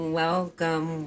welcome